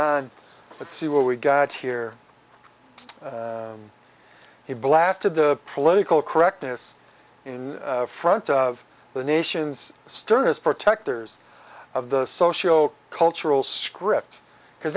on let's see what we got here he blasted the political correctness in front of the nation's sternness protectors of the social cultural script because